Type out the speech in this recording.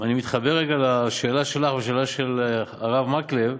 אני מתחבר רגע לשאלה שלך ולשאלה של הרב מקלב,